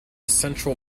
central